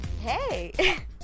Hey